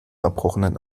erbrochenen